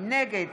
נגד